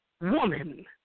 woman